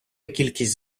кількість